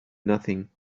nothing